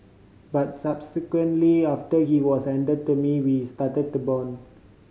but subsequently after he was handed to me we started to bond